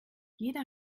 jeder